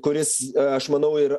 kuris aš manau ir